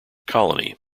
colony